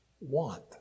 want